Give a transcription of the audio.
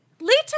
Lita